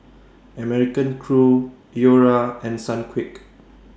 American Crew Iora and Sunquick